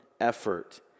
effort